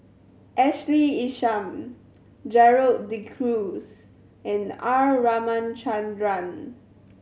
Ashley Isham Gerald De Cruz and R Ramachandran